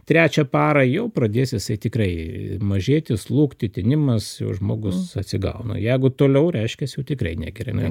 trečią parą jau pradės jisai tikrai mažėti slūgti tinimas jau žmogus atsigauna jeigu toliau reiškias jau tikrai negeriame